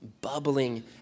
bubbling